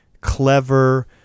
clever